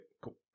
cool